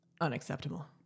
unacceptable